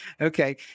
Okay